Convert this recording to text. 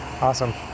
Awesome